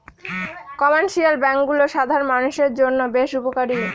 commercial ব্যাঙ্কগুলো সাধারণ মানষের জন্য বেশ উপকারী